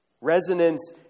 Resonance